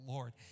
Lord